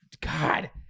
God